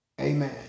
amen